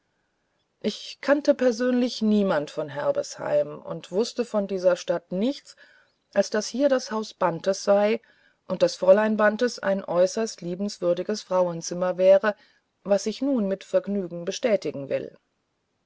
ich kannte persönlich niemand von herbesheim und wußte von dieser stadt nichts als daß hier das haus bantes sei und daß fräulein bantes ein äußerst liebenswürdiges frauenzimmer wäre was ich nun mit vergnügen bestätigen will